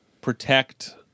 protect